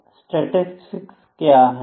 statistics क्या है